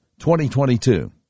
2022